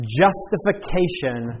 justification